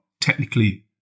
technically